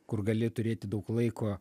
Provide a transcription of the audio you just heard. kur gali turėti daug laiko